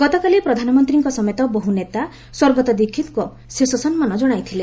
ଗତକାଲି ପ୍ରଧାନମନ୍ତ୍ରୀଙ୍କ ସମେତ ବହୁ ନେତା ସ୍ୱର୍ଗତ ଦୀକ୍ଷିତ୍ଙ୍କ ଶେଷ ସମ୍ମାନ ଜଣାଇଥିଲେ